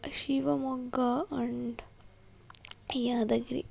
Shivamogga and Yadgir